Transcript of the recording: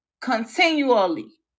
continually